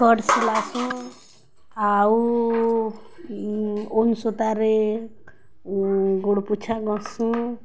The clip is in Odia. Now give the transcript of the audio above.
ସ୍କଟ୍ ଆଉ ଓନସତାରେ ଗୋଡ଼ପୁଛା କର୍ସୁଁ